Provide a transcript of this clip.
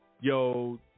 yo